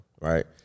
right